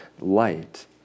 light